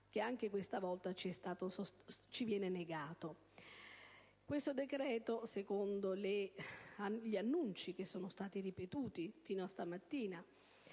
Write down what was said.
che anche questa volta ci viene negato. Questo decreto, secondo gli annunci che sono stati ripetuti fino a questa mattina,